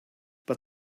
but